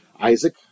Isaac